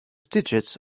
digits